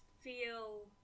feel